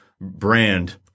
brand